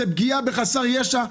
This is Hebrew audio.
זו פגיעה בחסר ישע,